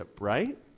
right